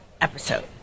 episode